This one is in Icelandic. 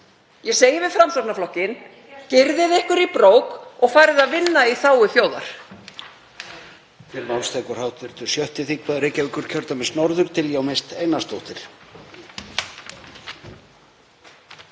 Ég segi við Framsóknarflokkinn: Gyrðið ykkur í brók og farið að vinna í þágu þjóðar.